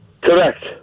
Correct